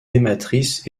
matrice